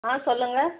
ஆ சொல்லுங்க